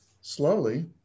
slowly